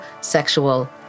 sexual